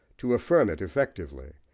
to affirm it effectively,